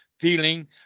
feeling